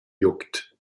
juckt